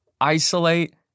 isolate